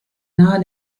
nahe